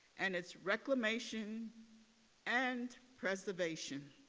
and its reclamation and preservation.